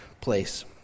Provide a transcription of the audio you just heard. place